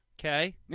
Okay